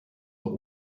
are